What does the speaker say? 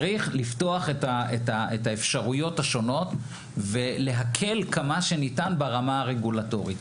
צריך לפתוח את האפשרויות השונות ולהקל כמה שניתן ברמה הרגולטורית.